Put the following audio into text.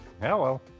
Hello